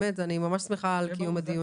אני ממש שמחה על קיום הדיון הזה.